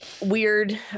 weird